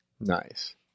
nice